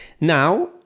now